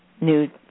new